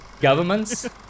governments